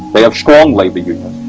they have strong labor